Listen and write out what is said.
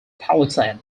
palisade